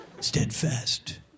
Steadfast